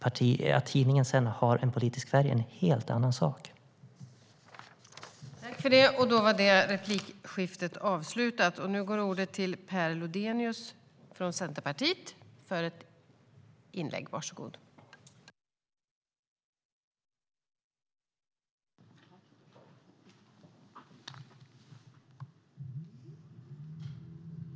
Att tidningen sedan har en politisk färg är en helt annan sak.